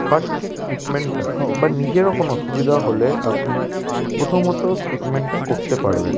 first aid ট্রিটমেন্টটা বা নিজেরও কোনো অসুবিধা হলে আপনি প্রথমত ট্রিটমেন্টটা করতে পারবেন